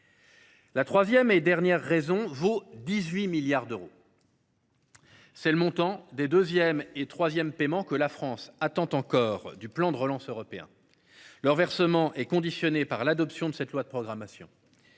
La troisième et dernière raison vaut 18 milliards d’euros, soit le montant des deuxième et troisième paiements que la France attend encore du plan de relance européen. Leur versement est conditionné à l’adoption de cette loi de programmation.